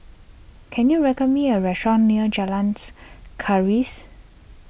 can you record me a restaurant near Jalan's Keris